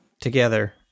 together